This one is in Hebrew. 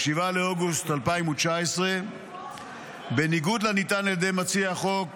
ב-7 באוגוסט 2019. בניגוד לנטען על ידי מציע החוק,